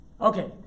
Okay